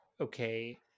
okay